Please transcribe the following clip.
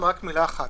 משפט אחד.